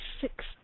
six